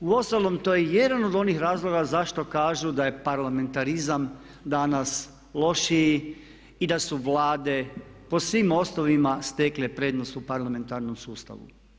Uostalom to je jedan od onih razloga zašto kažu da je parlamentarizam danas lošiji i da su vlade po svim osnovama stekle prednost u parlamentarnom sustavu.